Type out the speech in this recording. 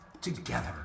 together